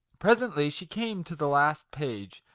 presently she came to the last page,